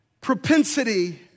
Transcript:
propensity